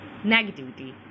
negativity